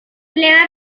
lema